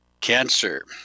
cancer